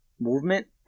movement